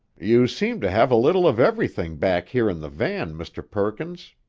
you seem to have a little of everything back here in the van, mr. perkins.